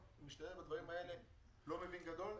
בדברים האלה אני לא מבין גדול,